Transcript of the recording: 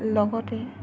লগতে